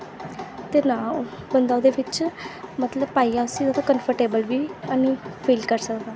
ते नां ओह्दे बिच्च मतलब पाइयै अस कम्फाटेवल हैनी फिल करी सकदा